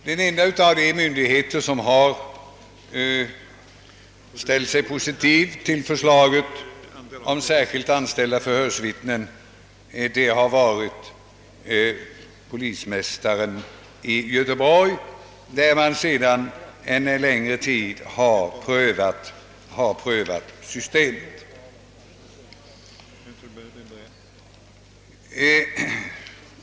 Den ende som har ställt sig positiv till förslaget om särskilt anställda förhörsvittnen, av dem som har yttrat sig i ärendet, har varit polismästaren i Göteborg, där man sedan en längre tid har prövat systemet.